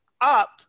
up